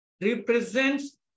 represents